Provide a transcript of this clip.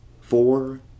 Four